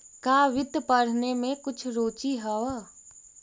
का वित्त पढ़ने में कुछ रुचि हवअ